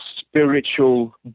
spiritual